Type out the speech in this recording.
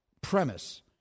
premise